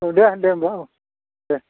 दे दे होनबा औ दे